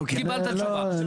אם שאלת אז קיבלת תשובה.